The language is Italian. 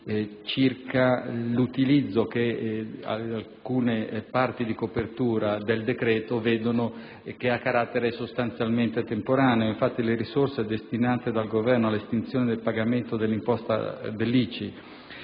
circa l'utilizzo di alcune voci di copertura del decreto, che ha carattere sostanzialmente temporaneo. Le risorse destinate dal Governo all'estinzione del pagamento dell'ICI